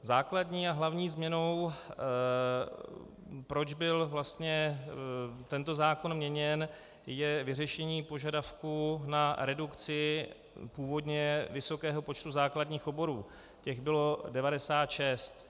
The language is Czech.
Základní a hlavní změnou, proč byl vlastně tento zákon měněn, je vyřešení požadavku na redukci původně vysokého počtu základních oborů těch bylo 96.